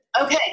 Okay